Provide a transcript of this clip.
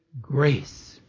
grace